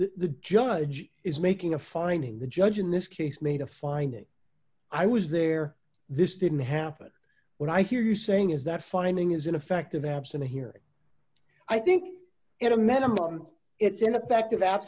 the judge is making a finding the judge in this case made a finding i was there this didn't happen when i hear you saying is that fining is ineffective absent a hearing i think in a minimum it's ineffective